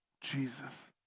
Jesus